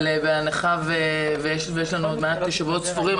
אבל בהנחה שיש לנו עוד שבועות ספורים,